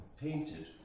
painted